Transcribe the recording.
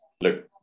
look